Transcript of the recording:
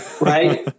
right